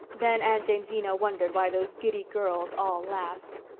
then aunt jamesina wondered why those giddy girls all laughed.